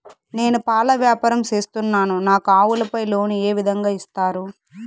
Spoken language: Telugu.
నేను పాల వ్యాపారం సేస్తున్నాను, నాకు ఆవులపై లోను ఏ విధంగా ఇస్తారు